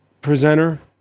presenter